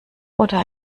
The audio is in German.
oder